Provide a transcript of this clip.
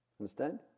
Understand